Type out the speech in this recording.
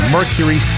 Mercury